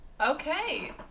Okay